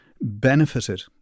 benefited